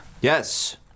Yes